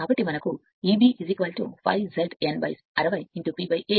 కాబట్టి మనకు Eb ∅ Z n 60 P A తెలుసు